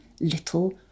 little